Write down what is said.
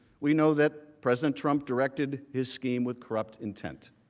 we know that president trump directed his scheme with corrupt intent.